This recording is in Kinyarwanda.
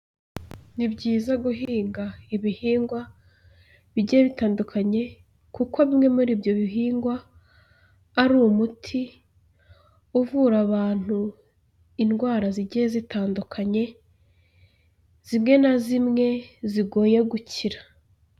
Ni byiza guhinga ibihingwa bigiye bitandukanye, kuko bimwe muri ibyo bihingwa ari umuti uvura abantu indwara zigiye zitandukanye, zimwe na zimwe zigoye gukira.